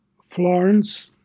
Florence